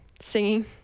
singing